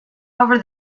over